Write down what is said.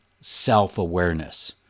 self-awareness